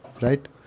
right